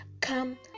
come